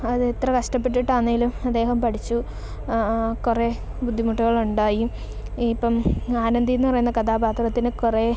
അതെത്ര കഷ്ടപ്പെട്ടിട്ടാന്നേലും അദ്ദേഹം പഠിച്ചു കുറേ ബുദ്ധിമുട്ടുകളുണ്ടായും ഇപ്പം ആനന്ദിയെന്നു പറയുന്ന കഥാപാത്രത്തിന് കുറേ